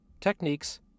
techniques